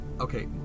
Okay